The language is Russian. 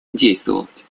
действовать